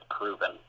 proven